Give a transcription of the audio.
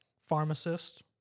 pharmacist